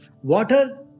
water